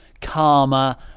karma